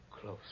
close